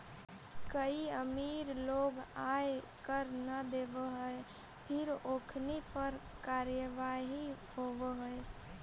कईक अमीर लोग आय कर न देवऽ हई फिर ओखनी पर कारवाही होवऽ हइ